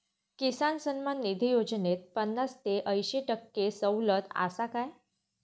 किसान सन्मान निधी योजनेत पन्नास ते अंयशी टक्के सवलत आसा काय?